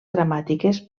gramàtiques